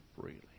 freely